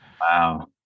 Wow